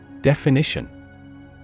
DEFINITION